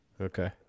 Okay